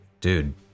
dude